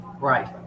Right